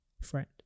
friend